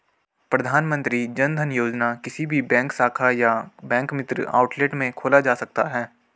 प्रधानमंत्री जनधन योजना किसी भी बैंक शाखा या बैंक मित्र आउटलेट में खोला जा सकता है